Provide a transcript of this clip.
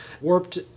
warped